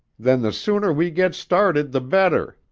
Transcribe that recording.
then the sooner we git started the better,